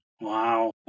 Wow